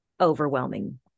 overwhelming